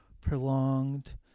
prolonged